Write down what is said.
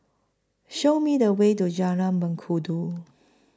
Show Me The Way to Jalan Mengkudu